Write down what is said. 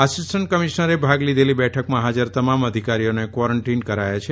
assistant કમિશનરે ભાગ લીઘેલી બેઠકમાં હાજર તમામ અધિકારીને ક્વોરેન્ટીન કરાયા છે